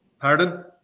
Pardon